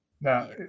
Now